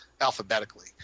alphabetically